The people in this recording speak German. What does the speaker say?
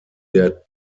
der